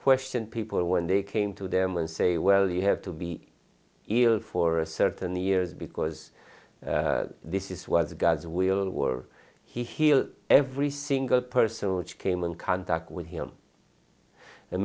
questioned people when they came to them and say well you have to be ill for a certain years because this is was god's will were he healed every single person which came in contact with him and